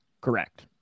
Correct